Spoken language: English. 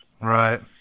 Right